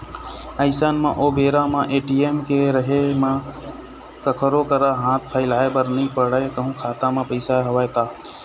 अइसन म ओ बेरा म ए.टी.एम के रहें म कखरो करा हाथ फइलाय बर नइ पड़य कहूँ खाता म पइसा हवय त